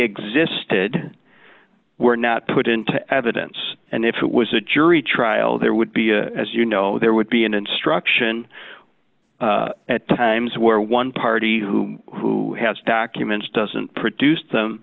existed were not put into evidence and if it was a jury trial there would be as you know there would be an instruction at times where one party who has documents doesn't produce them